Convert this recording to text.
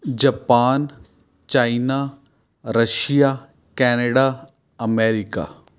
Japan China Russia Canada America